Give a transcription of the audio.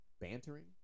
bantering